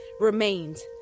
Remains